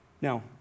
Now